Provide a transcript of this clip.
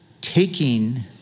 taking